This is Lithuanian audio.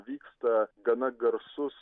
vyksta gana garsus